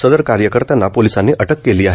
सदर कार्यकर्त्यांना पोलिसांनी अटक केली आहे